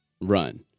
run